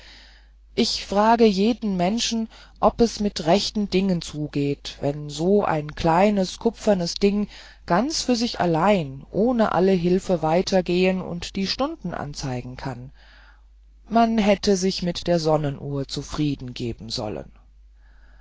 ich frage jeden menschen ob es mit rechten dingen zugeht wenn so ein kleines kupfernes ding ganz für sich allein ohne alle hilfe weiter gehen und die stunden anzeigen kann man hätte sich mit der sonnenuhr zufrieden geben sollen